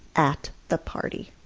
at the party.